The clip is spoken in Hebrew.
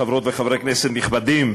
חברות וחברי כנסת נכבדים,